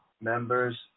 members